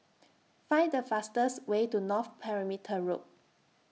Find The fastest Way to North Perimeter Road